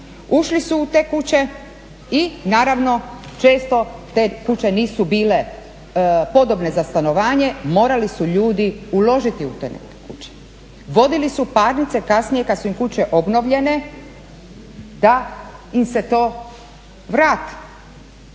ušli su u te kuće i naravno često te kuće nisu bile podobne za stanovanje, morali su ljudi uložiti u te neke kuće. Vodili su parnice kasnije kada su im kuće obnovljene da im se to vrati.